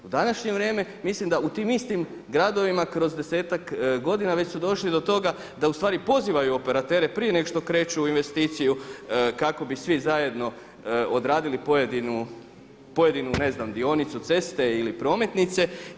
U današnje vrijeme mislim da u tim istim gradovima kroz desetak godina već su došli do toga da ustvari pozivaju operatere prije nego što kreću u investiciju kako bi svi zajedno odradili pojedinu dionicu ceste ili prometnice.